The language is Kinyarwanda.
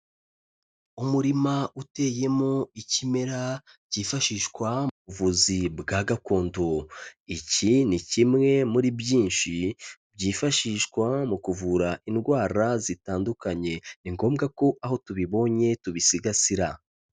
Umurima uteyemo ikimera byifashishwavuzi bwa gakondo, iki ni kimwe muri byinshi byifashishwa mu kuvura indwara zitandukanye, ni ngombwa ko aho tubibonye tubisigasira.